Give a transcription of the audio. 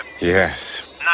Yes